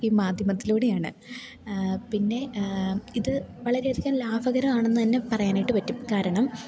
ഈ മാദ്ധ്യമത്തിലൂടെയാണ് പിന്നെ ഇത് വളരെയധികം ലാഭകരമാണെന്നുതന്നെ പറയാനായിട്ട് പറ്റും കാരണം